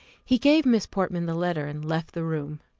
he gave miss portman the letter, and left the room.